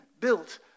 built